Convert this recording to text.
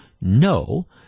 No